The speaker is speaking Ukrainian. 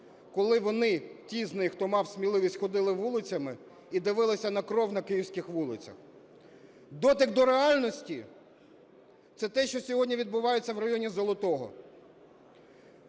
коли вони, ті з них, хто мав сміливість, ходили вулицями і дивилися на кров на київських вулицях. Дотик до реальності – це те, що сьогодні відбувається в районі Золотого.